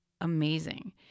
amazing